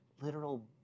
literal